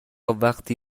وقی